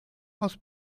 aus